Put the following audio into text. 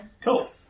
Cool